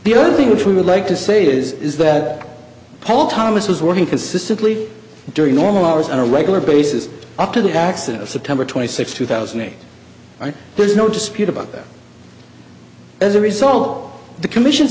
the only thing which we would like to say is is that paul thomas was working consistently during normal hours on a regular basis after the accident of september twenty sixth two thousand and eight there's no dispute about that as a result the commission